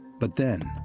but then,